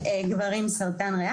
רגע וברמלה גברים עם סרטן ריאה,